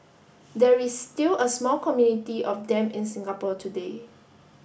there is still a small community of them in Singapore today